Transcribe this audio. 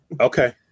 Okay